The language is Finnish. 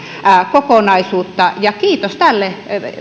kokonaisuutta ja kiitos tälle